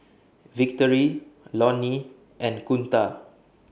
Victory Lonny and Kunta